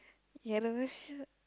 yellow shirt